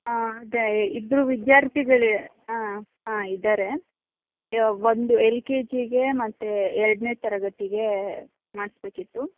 ಹಾಂ ಅದೇ ಇಬ್ಬರು ವಿದ್ಯಾರ್ಥಿಗಳು ಹಾಂ ಹಾಂ ಇದ್ದಾರೆ ಯ ಒಂದು ಎಲ್ ಕೆ ಜಿಗೆ ಮತ್ತು ಎರಡನೇ ತರಗತಿಗೆ ಮಾಡಿಸ್ಬೇಕಿತ್ತು